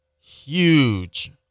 huge